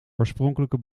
oorspronkelijke